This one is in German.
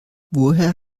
woher